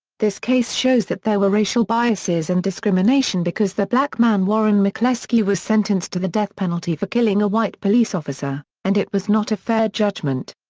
this case shows that there were racial biases and discrimination because the black man warren mccleskey was sentenced to the death penalty for killing a white police officer, and it was not a fair judgement.